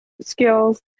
skills